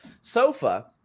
Sofa